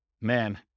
man